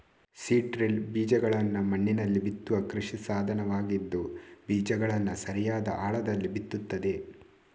seed drill ಬೀಜಗಳನ್ನ ಮಣ್ಣಿನಲ್ಲಿ ಬಿತ್ತುವ ಕೃಷಿ ಸಾಧನವಾಗಿದ್ದು ಬೀಜಗಳನ್ನ ಸರಿಯಾದ ಆಳದಲ್ಲಿ ಬಿತ್ತುತ್ತದೆ